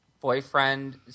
boyfriend